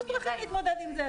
יש דרכים להתמודד עם זה.